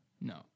No